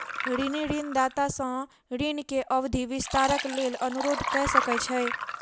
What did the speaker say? ऋणी ऋणदाता सॅ ऋण के अवधि विस्तारक लेल अनुरोध कय सकै छै